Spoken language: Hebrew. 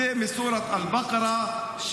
זה מסורת אל-בקרה,